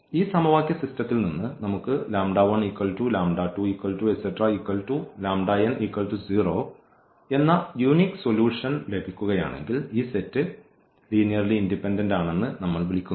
ഈ സമവാക്യ സിസ്റ്റത്തിൽ നിന്ന് നമുക്ക് എന്ന യൂണിക് സൊലൂഷൻ ലഭിക്കുകയാണെങ്കിൽ ഈ സെറ്റ് ലീനിയർലി ഇൻഡിപെൻഡൻഡ് ആണെന്ന് നമ്മൾ വിളിക്കുന്നു